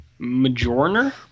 Majorner